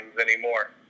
anymore